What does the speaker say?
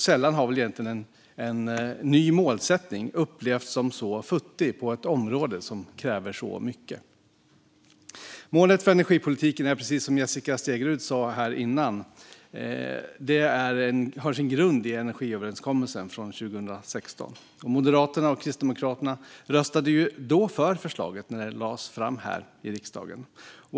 Sällan har väl ett nytt mål upplevts som så futtigt på ett område som kräver så mycket. Målet för energipolitiken har precis som Jessica Stegrud sa tidigare sin grund i energiöverenskommelsen från 2016. Moderaterna och Kristdemokraterna röstade då för förslaget när det lades fram i riksdagen.